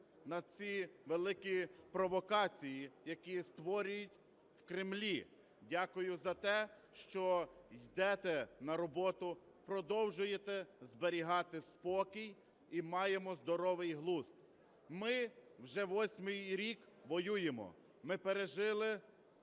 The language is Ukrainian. Дякую за те, що йдете на роботу, продовжуєте зберігати спокій і маємо здоровий глузд. Ми вже восьмий рік воюємо. Ми пережили